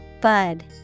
Bud